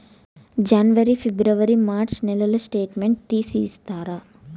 జనవరి, ఫిబ్రవరి, మార్చ్ నెలల స్టేట్మెంట్ తీసి ఇస్తారా?